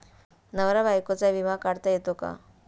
नवरा बायकोचा विमा काढता येतो का?